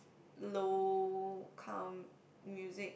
low count music